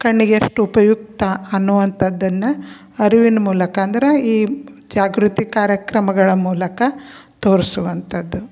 ಕಣ್ಣಿಗೆ ಎಷ್ಟು ಉಪಯುಕ್ತ ಅನ್ನುವಂಥದ್ದನ್ನು ಅರಿವಿನ ಮೂಲಕ ಅಂದ್ರೆ ಈ ಜಾಗೃತಿ ಕಾರ್ಯಕ್ರಮಗಳ ಮೂಲಕ ತೋರಿಸುವಂಥದ್ದು